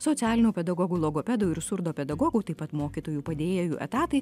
socialinių pedagogų logopedų ir surdopedagogų taip pat mokytojų padėjėjų etatai